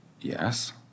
Yes